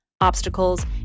obstacles